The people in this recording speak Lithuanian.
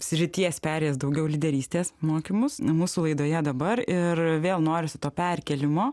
srities perėjęs daugiau lyderystės mokymus mūsų laidoje dabar ir vėl norisi to perkėlimo